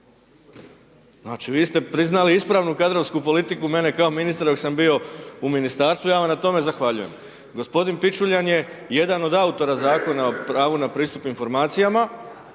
Znači vi ste priznali ispravnu kadrovsku politiku mene kao ministra, dok sam bio u Ministarstvu, ja vam na tome zahvaljujem. Gospodin Pičuljan je jedan od autora Zakona pravu na pristup informacijama